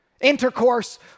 Intercourse